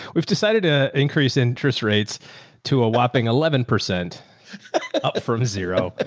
we've decided to increase interest rates to a whopping eleven percent up from zero.